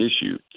issue